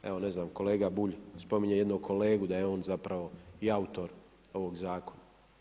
Evo, ne znam, kolega Bulj spominje jednog kolegu da je on zapravo i autor ovog Zakona.